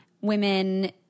women